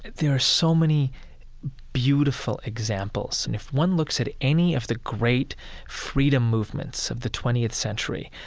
there are so many beautiful examples. and if one looks at any of the great freedom movements of the twentieth century,